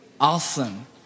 Awesome